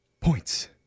Points